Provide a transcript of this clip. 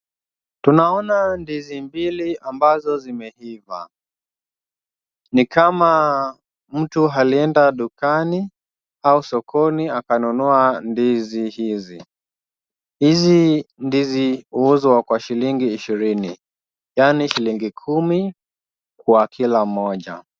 Tunaona ndizi mbili ambazo zimeiva. Ni kama mtu alienda dukani au sokoni akanunua ndizi hizi. Hizi ndizi huuzwa kwa shilingi ishiririni, yaani shilingi kumi kwa kila mmoja.